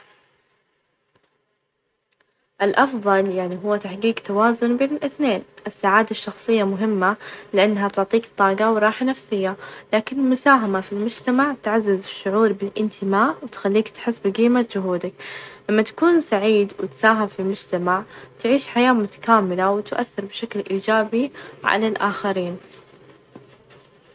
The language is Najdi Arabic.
الآلات ممكن تنتج فن بس الفن بشكل أساسي هو جهد بشري، يعني الإبداع ، والمشاعر اللي تنبض في الفن تجي من تجارب الإنسان، والآلات ممكن تحاكي هالأشياء يعني، لكنها ما بتقدر تعبر بنفس العمق، الفن يحتاج روح، ومشاعر، وهذي شي صعب على الآلات تحقيقها بالكامل.